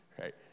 right